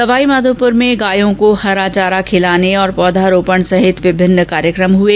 सवाईमाधोपुर में गायों को हरा चारा खिलाने और पौधरोपण सहित विभिन्न कार्यक्रम हुए